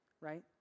right